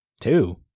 Two